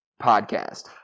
podcast